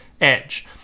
edge